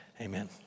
Amen